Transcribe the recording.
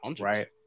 right